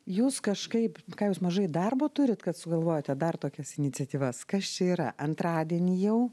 jūs kažkaip ką jūs mažai darbo turit kad sugalvojate dar tokias iniciatyvas kas čia yra antradienį jau